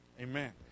Amen